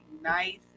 nice